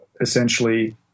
essentially